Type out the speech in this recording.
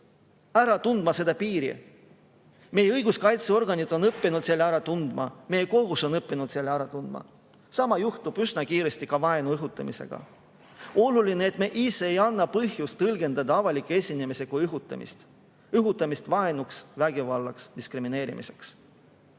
ära tundma. Meie õiguskaitseorganid on õppinud selle ära tundma, kohus on õppinud selle ära tundma. Sama juhtub üsna kiiresti ka vaenu õhutamisega. On oluline, et me ise ei annaks põhjust tõlgendada avalikke esinemisi kui õhutamist – õhutamist vaenuks, vägivallaks, diskrimineerimiseks. Selle